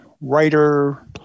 writer